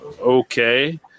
okay